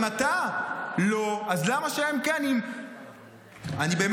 אם אתה לא, אז למה שהם כן?